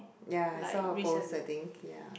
ya I saw her post I think ya